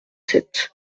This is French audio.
sept